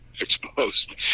exposed